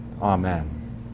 Amen